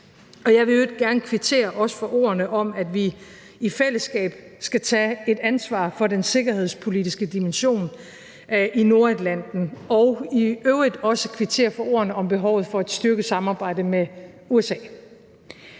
også gerne kvittere for ordene om, at vi i fællesskab skal tage et ansvar for den sikkerhedspolitiske dimension i Nordatlanten, og i øvrigt også kvittere for ordene om behovet for et styrket samarbejde med USA.